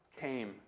came